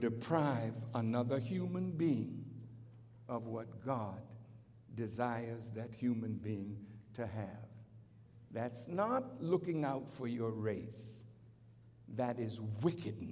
deprive another human being of what god desires that human being to have that's not looking out for your grace that